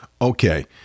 Okay